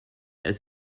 als